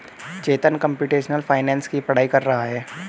चेतन computational finance की पढ़ाई कर रहा है